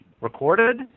Recorded